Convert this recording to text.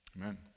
Amen